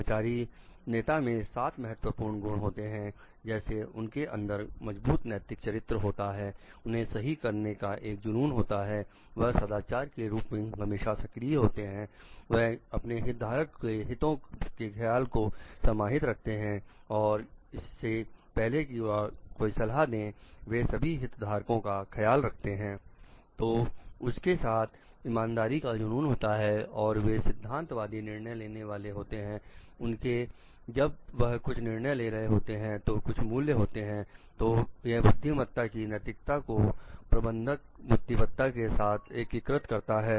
सदाचारी नेता में 7 महत्वपूर्ण गुण होते हैं जैसे उनके अंदर मजबूत नैतिक चरित्र होता है उन्हें सही करने का एक जुनून होता है वह सदाचार के रूप में हमेशा सक्रिय होते हैं वह अपने हित धार को के हितों के ख्याल को समाहित रखते हैं और इससे पहले कि वह कोई सलाह दें वेसभी हित धारकों का ख्याल रखते है